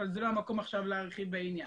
אבל זה לא המקום עכשיו להרחיב בעניין.